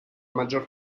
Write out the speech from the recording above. maggior